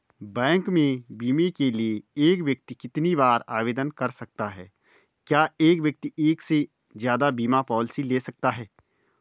Bank में बीमे के लिए एक व्यक्ति कितनी बार आवेदन कर सकता है क्या एक व्यक्ति एक से ज़्यादा बीमा पॉलिसी ले सकता है?